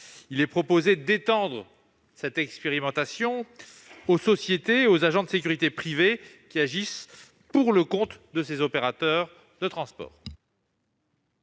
Il est proposé d'étendre cette expérimentation aux agents de sécurité privée qui agissent pour le compte de ces opérateurs de transport.